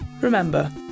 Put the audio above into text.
Remember